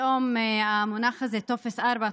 פתאום המונח הזה טופס 4,